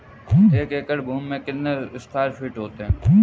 एक एकड़ भूमि में कितने स्क्वायर फिट होते हैं?